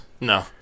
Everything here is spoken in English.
No